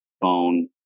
phone